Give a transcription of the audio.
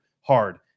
hard